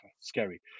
scary